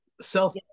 self